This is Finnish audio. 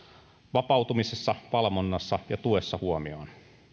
vapautumisessa valvonnassa ja tuessa huomioon